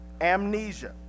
amnesia